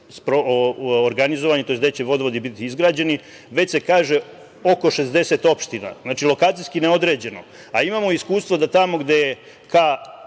nelocirano gde će vodovodi biti izgrađeni, već se kaže – oko 60 opština. Znači, lokacijski je neodređeno. Imamo iskustva da tamo gde je